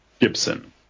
Gibson